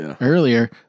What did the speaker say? earlier